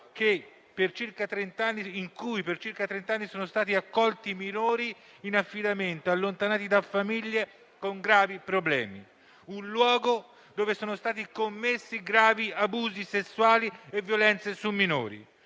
dove per circa trent'anni sono stati accolti minori in affidamento, allontanati da famiglie con gravi problemi; un luogo dove sono stati commessi gravi abusi sessuali e violenze su minori;